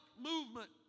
movement